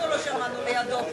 אנחנו לידו לא שמענו, לידו פה.